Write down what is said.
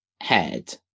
head